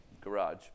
garage